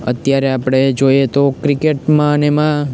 અત્યારે આપણે જોઈએ તો ક્રિકેટમાંને એમાં